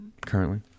Currently